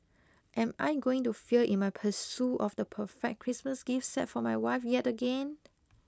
am I going to fail in my pursuit of the perfect Christmas gift set for my wife yet again